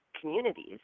communities